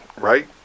right